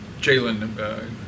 Jalen